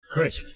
Chris